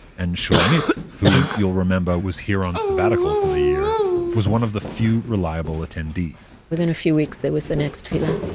and shulamit who, you'll remember, was here on sabbatical for the year was one of the few reliable attendees within a few weeks, there was the next tefillah.